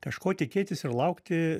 kažko tikėtis ir laukti